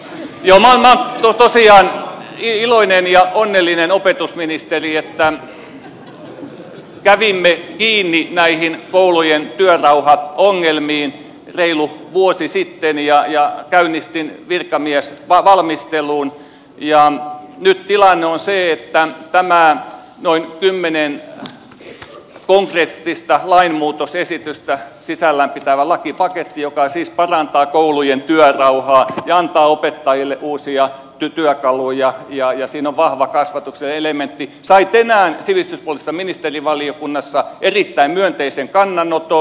joo minä olen tosiaan siitä iloinen ja onnellinen opetusministeri että kävimme kiinni näihin koulujen työrauhaongelmiin reilu vuosi sitten ja käynnistin virkamiesvalmistelun ja nyt tilanne on se että tämä noin kymmenen konkreettista lainmuutosesitystä sisällään pitävä lakipaketti joka siis parantaa koulujen työrauhaa ja antaa opettajille uusia työkaluja ja jossa on vahva kasvatuksellinen elementti sai tänään sivistyspoliittisessa ministerivaliokunnassa erittäin myönteisen kannanoton